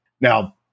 now